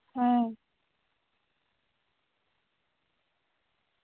ᱦᱩᱸ